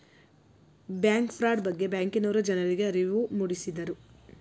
bank fraud ಬಗ್ಗೆ ಬ್ಯಾಂಕಿನವರು ಜನರಿಗೆ ಅರಿವು ಮೂಡಿಸಿದರು